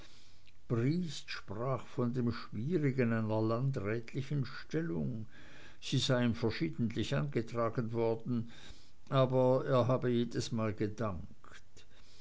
briest sprach von dem schwierigen einer landrätlichen stellung sie sei ihm verschiedentlich angetragen worden aber er habe jedesmal gedankt